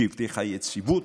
שהבטיחה יציבות.